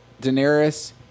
Daenerys